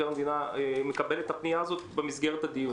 המדינה מקבל את הפנייה הזאת במסגרת הדיון?